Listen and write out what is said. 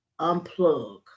unplug